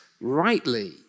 rightly